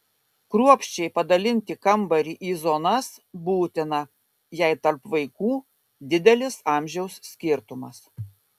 kruopščiai padalinti kambarį į zonas būtina jei tarp vaikų didelis amžiaus skirtumas